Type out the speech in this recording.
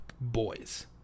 boys